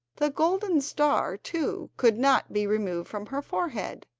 the golden star, too, could not be removed from her forehead.